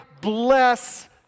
bless